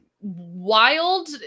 Wild